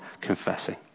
confessing